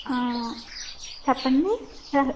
చెప్పండి సార్